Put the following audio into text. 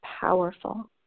powerful